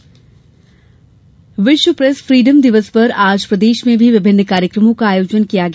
विश्व प्रेस दिवस विश्व प्रेस फ्रीडम दिवस पर आज प्रदेश में भी विभिन्न कार्यक्रमों का आयोजन किया गया